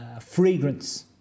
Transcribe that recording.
fragrance